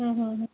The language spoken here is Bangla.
হুঁ হুঁ হুঁ